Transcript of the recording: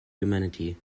humanity